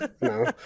no